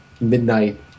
midnight